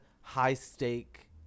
high-stake